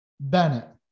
Bennett